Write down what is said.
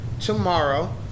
Tomorrow